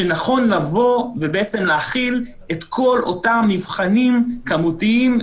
שנכון לבוא ולהחיל את כל אותם מבחנים כמותיים,